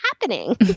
happening